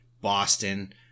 Boston